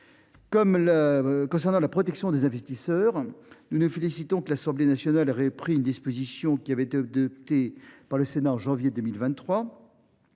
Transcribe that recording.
concerne la protection des investisseurs, nous nous félicitons que l’Assemblée nationale ait repris une disposition adoptée par le Sénat en janvier 2023,